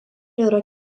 yra